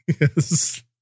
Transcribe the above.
Yes